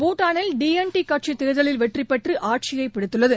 பூடானில் D N T கட்சி தோதலில் வெற்றி பெற்று ஆட்சியை பிடித்துள்ளது